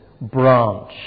branch